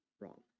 Wrong